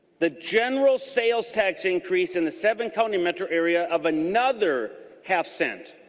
the general sales tax increase and the seven county metro area of another have sent